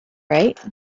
right